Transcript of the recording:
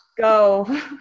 Go